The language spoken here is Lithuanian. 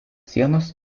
sienos